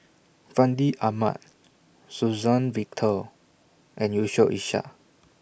Fandi Ahmad Suzann Victor and Yusof Ishak